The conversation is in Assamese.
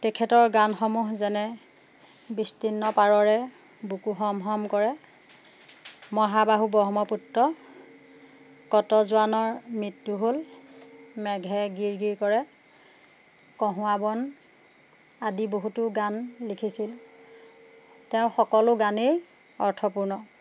তেখেতৰ গানসমূহ যেনে বিস্তীৰ্ণ পাৰৰে বুকু হম হম কৰে মহাবাহু ব্ৰহ্মপুত্ৰ কত জোৱানৰ মৃত্যু হ'ল মেঘে গিৰ গিৰ কৰে কহুৱা বন আদি বহুতো গান লিখিছিল তেওঁ সকলো গানেই অৰ্থপূৰ্ণ